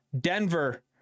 Denver